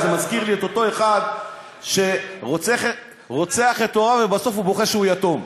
זה מזכיר לי את אותו אחד שרוצח את הוריו ובסוף הוא בוכה שהוא יתום.